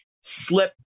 slip